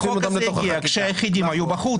החוק הזה הגיע כשהיחידים היו בחוץ.